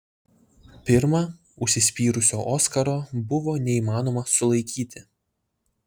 pirma užsispyrusio oskaro buvo neįmanoma sulaikyti